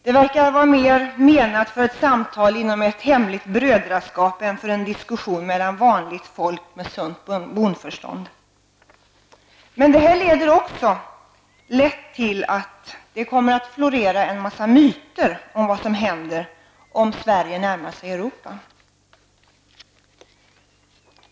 Det verkar vara mera menat för ett samtal inom ett hemligt brödraskap än för en diskussion mellan vanligt folk med sunt bondförstånd. Det här leder lätt till att det kommer att florera en massa myter om vad som händer om Sverige närmar sig Europa.